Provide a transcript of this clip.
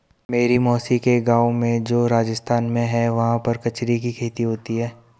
मेरी मौसी के गाँव में जो राजस्थान में है वहाँ पर कचरी की खेती होती है